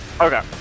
Okay